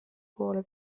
poole